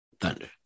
Thunder